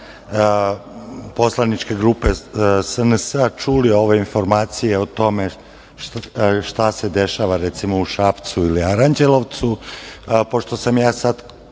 poslaničke grupe SNS čuli ove informacije o tome šta se dešava u Šapcu ili Aranđelovcu, pošto sam ja sada